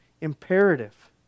Imperative